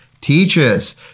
teaches